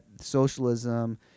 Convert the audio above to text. socialism